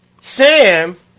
Sam